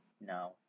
No